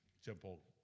Simple